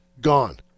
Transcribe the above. gone